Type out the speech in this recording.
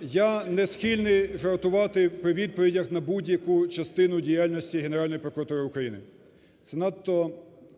Я не схильний жартувати при відповідях на будь-яку частину діяльності Генеральної прокуратури України, це надто